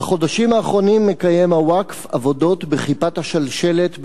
בחודשים האחרונים מקיים הווקף עבודות בכיפת השלשלת בהר-הבית,